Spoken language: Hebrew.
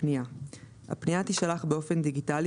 הפנייה); הפנייה תישלח באופן דיגיטלי